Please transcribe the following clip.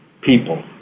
people